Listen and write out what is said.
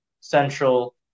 Central